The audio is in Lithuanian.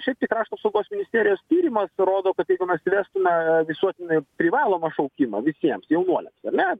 šiaip tai krašto apsaugos ministerijos tyrimas rodo kad jeigu mes įvestume visuotinai privalomą šaukimą visiems jaunuoliams ar ne